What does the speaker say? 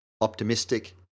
optimistic